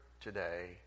today